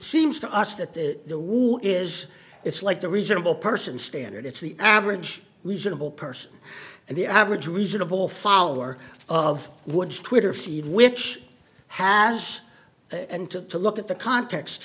seems to us that the war is it's like the reasonable person standard it's the average reasonable person and the average reasonable follower of woods twitter feed which has and to look at the context